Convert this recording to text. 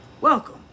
welcome